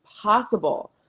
possible